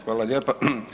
Hvala lijepa.